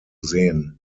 sehen